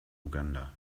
uganda